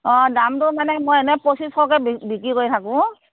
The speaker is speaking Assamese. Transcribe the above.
অ দামটো মানে মই এনে পঁচিছশকৈ বি বিক্ৰী কৰি থাকোঁ